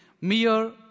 mere